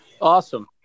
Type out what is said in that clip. Awesome